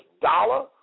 dollar